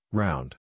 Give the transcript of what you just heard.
round